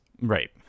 Right